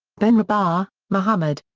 benrabah, mohamed.